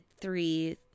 three